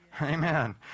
Amen